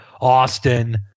Austin